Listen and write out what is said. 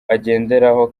agenderaho